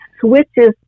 switches